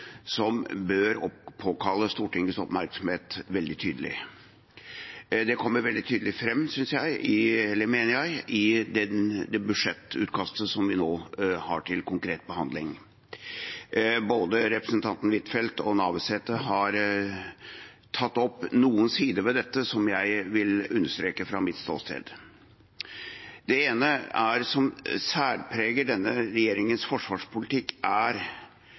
som bør påkalle Stortingets oppmerksomhet. Det kommer veldig tydelig fram, mener jeg, i det budsjettutkastet som vi nå har til konkret behandling. Både representanten Huitfeldt og representanten Navarsete har tatt opp noen sider ved dette som jeg vil understreke fra mitt ståsted. Det ene som særpreger denne regjeringens forsvarspolitikk, er